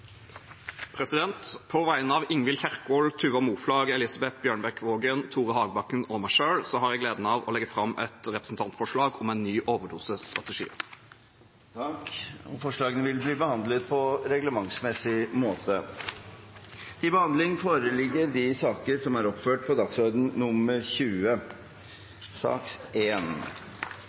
På vegne av Ingvild Kjerkol, Tuva Moflag, Elise Bjørnebekk-Waagen, Tore Hagebakken og meg selv har jeg gleden av å legge fram et representantforslag om en ny overdosestrategi. Forslagene vil bli behandlet på reglementsmessig måte. Etter ønske fra transport- og kommunikasjonskomiteen vil presidenten foreslå at taletiden blir begrenset til